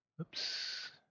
Oops